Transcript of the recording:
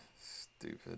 Stupid